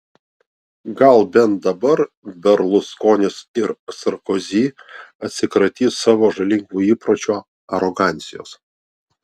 gal bent dabar berluskonis ir sarkozy atsikratys savo žalingo įpročio arogancijos